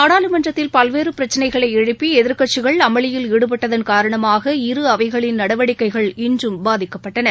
நாடாளுமன்றத்தில் பல்வேறு பிரச்சினைகளை எழுப்பி எதிர்க்கட்சிகள் அமளியில் ஈடுபட்டதன் காரணமாக இரு அவைகளின் நடவடிக்கைகள் இன்றும் பாதிக்கப்பட்டன